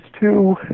two